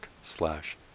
slash